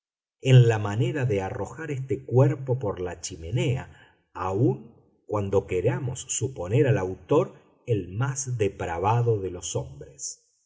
en la manera de arrojar este cuerpo por la chimenea aun cuando queramos suponer al autor el más depravado de los hombres